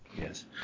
Yes